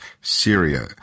Syria